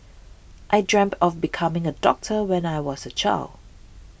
I dreamt of becoming a doctor when I was a child